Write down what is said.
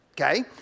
Okay